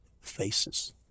faces